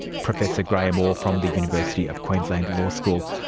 professor graeme orr from the university of queensland law school.